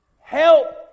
Help